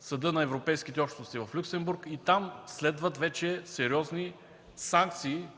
Съда на Европейските общности в Люксембург. Там следват вече сериозни санкции,